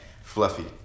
Fluffy